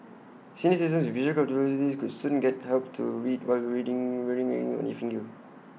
senior citizens with visual disabilities could soon get help to read while reading wearing A ring on their finger